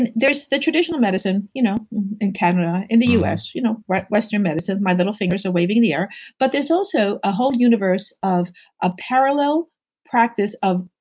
and there's the traditional medicine you know in canada, in the us, you know western medicine. my little fingers are waving in the air but, there's also a whole universe of a parallel practice of,